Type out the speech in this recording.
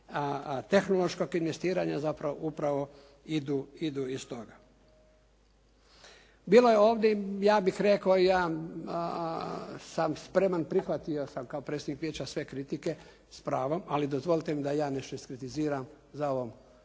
tehnološkog investiranja zapravo idu iz toga. Bilo je ovdje ja bih rekao jedan, sam spreman prihvatio sam kao predsjednik vijeća sve kritike s pravom, ali dozvolite mi da ja nešto iskritiziram za ovom